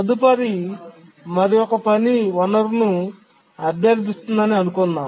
తదుపరి మరొక పని వనరును అభ్యర్థిస్తుందని అనుకుందాం